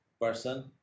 person